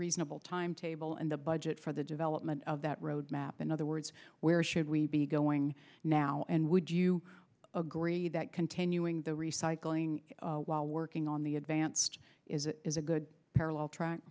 reasonable timetable in the budget for the development of that road map and other words where should we be going now and would you agree that continuing the recycling while working on the advanced is is a good parallel track